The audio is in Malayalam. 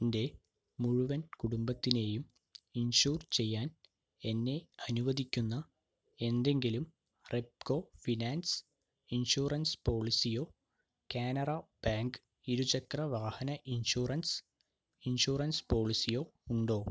എൻ്റെ മുഴുവൻ കുടുംബത്തിനെയും ഇൻഷുർ ചെയ്യാൻ എന്നെ അനുവദിക്കുന്ന എന്തെങ്കിലും റെപ്കോ ഫിനാൻസ് ഇൻഷുറൻസ് പോളിസിയോ കാനറ ബാങ്ക് ഇരുചക്ര വാഹന ഇൻഷുറൻസ് ഇൻഷുറൻസ് പോളിസിയോ ഉണ്ടോ